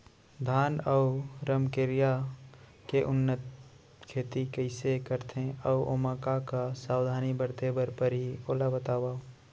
धान अऊ रमकेरिया के उन्नत खेती कइसे करथे अऊ ओमा का का सावधानी बरते बर परहि ओला बतावव?